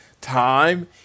time